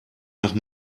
nach